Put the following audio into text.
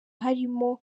harimo